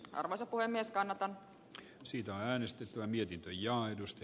arvoisa puhemies kannata siitä äänestettyä mietin ja aidosti